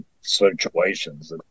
situations